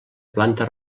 planta